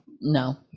No